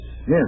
Yes